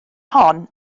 hon